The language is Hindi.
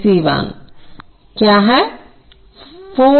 V c 1 क्या है